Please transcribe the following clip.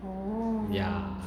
yeah